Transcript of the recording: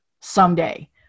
someday